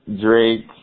Drake